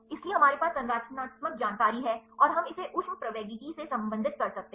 इसलिए हमारे पास संरचनात्मक जानकारी है और हम इसे ऊष्मप्रवैगिकी से संबंधित कर सकते हैं